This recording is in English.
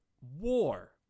war